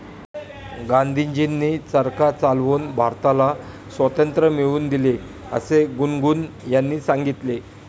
गांधीजींनी चरखा चालवून भारताला स्वातंत्र्य मिळवून दिले असे गुनगुन यांनी सांगितले